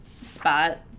spot